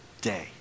day